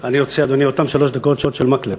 אני רוצה, אדוני, אותן שלוש דקות של מקלב.